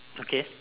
okay